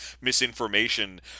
misinformation